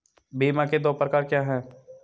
बीमा के दो प्रकार क्या हैं?